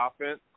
offense